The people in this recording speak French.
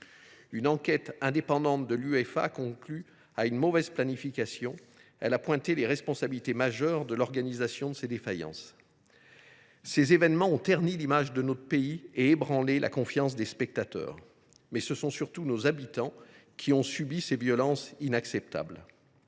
Une enquête indépendante de l’UEFA a conclu à une mauvaise planification. Elle a pointé la responsabilité majeure de l’organisation dans ces défaillances. Ces événements ont terni l’image de notre pays et ébranlé la confiance des spectateurs, mais ce sont surtout nos habitants qui ont subi ces violences inacceptables.